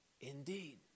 indeed